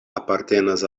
apartenas